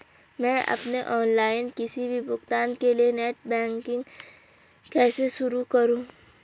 मैं अपने ऑनलाइन किसी भी भुगतान के लिए नेट बैंकिंग कैसे शुरु करूँ?